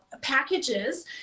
packages